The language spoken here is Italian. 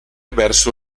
verso